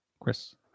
Chris